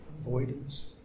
avoidance